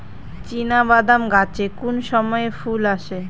চিনাবাদাম গাছে কোন সময়ে ফুল আসে?